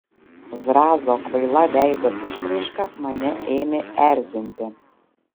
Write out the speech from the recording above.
zrazo kvaila veido išraiška mane ėmė erzinti